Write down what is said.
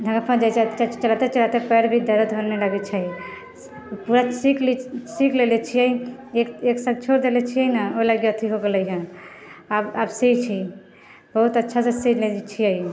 धागा फँस जाइत छै चलाते चलाते पैर भी दरद होने लगैत छै पूरा सीख लेले छियै एक साल छोड़ देले छियै ने ओहि लागि अथी हो गेलय हँ आब सीऐ छी बहुत अच्छा से सी लै छियै